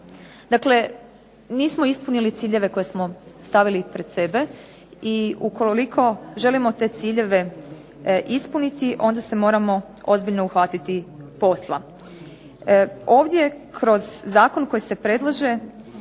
Dakle, nismo ispunili ciljeve koje smo stavili pred sebe i ukoliko želimo te ciljeve ispuniti onda se moramo ozbiljno uhvatiti posla. Ovdje kroz zakon koji se predlaže